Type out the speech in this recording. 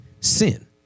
sin